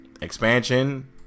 expansion